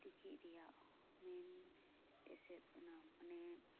ᱛᱤᱠᱤᱜ ᱨᱮᱭᱟᱜ ᱢᱮᱱ ᱮᱥᱮᱫ ᱚᱱᱟ ᱢᱟᱱᱮ